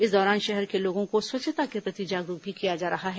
इस दौरान शहर के लोगों को स्वच्छता के प्रति जागरूक भी किया जा रहा है